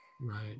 Right